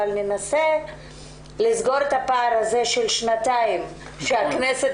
אבל ננסה היום לסגור את הפער הזה של שנתיים שהכנסת